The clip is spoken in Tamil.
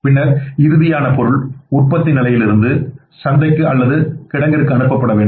பின்னர் இறுதியாக பொருள் உற்பத்தி நிலையத்திலிருந்து சந்தைக்கு அல்லது கிடங்கிற்கு அனுப்பப்படவேண்டும்